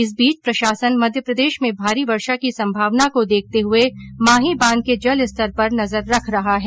इस बीच प्रशासन ने मध्यप्रदेश में भारी वर्षा की संभावना को देखते हुए माही बांध के जलस्तर पर नजर रख रहा है